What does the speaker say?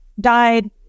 died